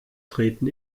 treten